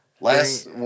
Last